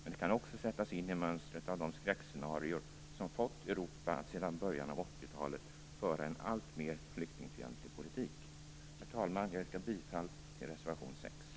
Men det kan också sättas in i mönstret av de skräckscenarier som fått Europa att sedan början av 1980-talet föra en alltmer flyktingfientlig politik. Herr talman! Jag yrkar bifall till reservation 6.